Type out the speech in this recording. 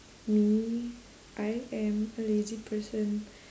me I am a lazy person